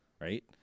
right